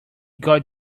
got